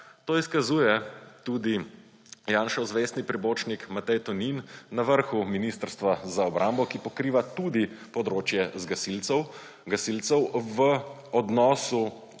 To izkazuje tudi Janšev zvesti pribočnik Matej Tonin na vrhu Ministrstva za obrambo, ki pokriva tudi področje gasilcev v odnosu